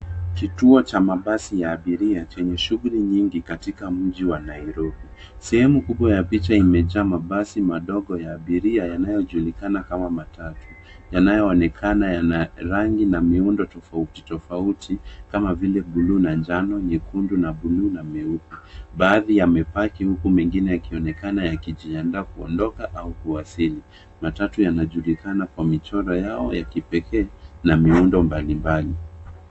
Kituo cha mabasi ya abiria chenye shughuli nyingi katika mji wa Nairobi. Sehemu kubwa ya picha imejaa mabasi madogo ya abiria yanayojulikana kama matatu; yanayoonekana yana rangi na miundo tofauti tofauti kama vile buluu na njano, nyekundu na buluu na meupe. Baadhi yamepaki huku mengine yakionekana yakijiandaa kuondoka au kuwasili. Matatu yanajulikana kwa michoro yao ya kipekee na miundo mbalimbali.